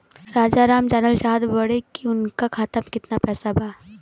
राजाराम जानल चाहत बड़े की उनका खाता में कितना पैसा बा?